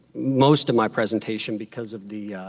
most of my presentation because of the